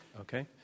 Okay